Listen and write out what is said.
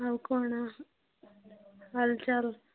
ଆଉ କ'ଣ ହାଲ୍ ଚାଲ୍